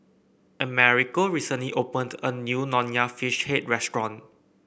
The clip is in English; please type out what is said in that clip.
Americo recently opened a new Nonya Fish Head restaurant